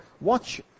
watch